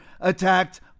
attacked